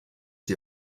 die